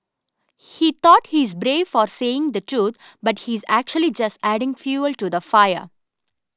he thought he's brave for saying the truth but he's actually just adding fuel to the fire